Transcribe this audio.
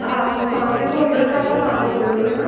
आप कहाँ से बोल रहे हो प्रॉपर कहाँ से बोल रहे हो मैम आप